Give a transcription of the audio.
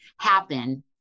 happen